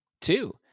Two